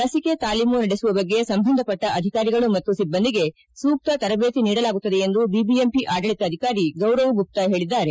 ಲಸಿಕೆ ತಾಲೀಮು ನಡೆಸುವ ಬಗ್ಗೆ ಸಂಬಂಧಪಟ್ಟ ಅಧಿಕಾರಿಗಳು ಮತ್ತು ಸಿಬ್ಬಂದಿಗೆ ಸೂಕ್ತ ತರಬೇತಿ ನೀಡಲಾಗುತ್ತದೆ ಎಂದು ಬಿಬಿಎಂಪಿ ಆಡಳಿತಾಧಿಕಾರಿ ಗೌರವ್ ಗುಪ್ತಾ ತಿಳಿಸಿದ್ದಾರೆ